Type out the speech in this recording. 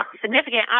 significant